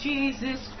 Jesus